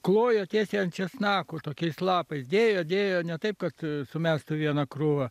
kloja tiesiai ant česnakų tokiais lapais dėjo dėjo ne taip kad sumestų vieną krūvą